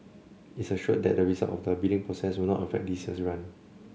it assured that the result of the bidding process will not affect this year's run